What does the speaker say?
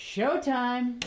Showtime